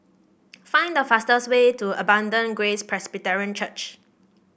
find the fastest way to Abundant Grace Presbyterian Church